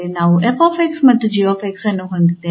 ನಾವು 𝑓 𝑥 ಮತ್ತು 𝑔 𝑥 ಅನ್ನು ಹೊಂದಿದ್ದೇವೆ